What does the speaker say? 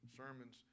sermons